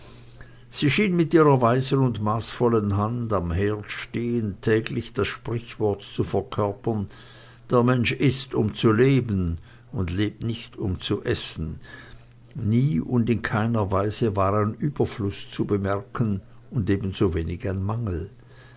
sie schien mit ihrer weisen und maßvollen hand am herde stehend täglich das sprichwort zu verkörpern der mensch ißt um zu leben und lebt nicht um zu essen nie und in keiner weise war ein überfluß zu bemerken und ebensowenig ein mangel